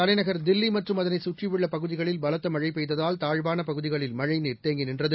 தலைநகர் தில்லி மற்றும் அதனைச் சுற்றியுள்ள பகுதிகளில் பலத்த மழை பெய்ததால் தாழ்வான பகுதிகளில் மழைநீர் தேங்கி நின்றது